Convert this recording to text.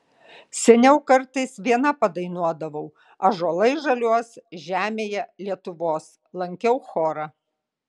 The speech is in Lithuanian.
seniau kartais viena padainuodavau ąžuolai žaliuos žemėje lietuvos lankiau chorą